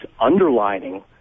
underlining